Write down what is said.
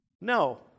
No